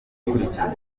gukurikizwa